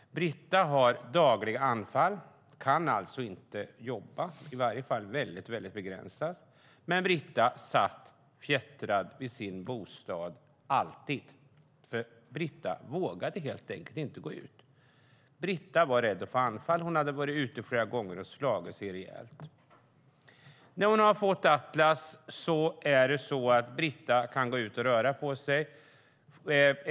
Britta har dagliga anfall och kan alltså inte jobba, eller i alla fall väldigt begränsat. Britta satt fjättrad i sin bostad, alltid, för Britta vågade helt enkelt inte gå ut. Britta var rädd för att få anfall. Hon hade slagit sig rejält flera gånger när hon hade varit ute. Nu har hon fått Atlas och kan gå ut och röra på sig.